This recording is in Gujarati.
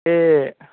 કે